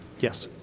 yes.